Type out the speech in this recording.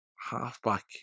halfback